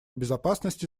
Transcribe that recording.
безопасности